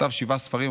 כתב שבעה ספרים,